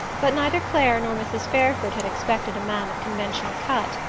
but neither clare nor mrs. fairford had expected a man of conventional cut,